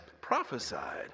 prophesied